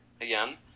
again